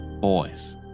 boys